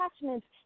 attachments